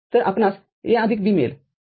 तर आपणास A आदिक B मिळेल